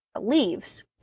leaves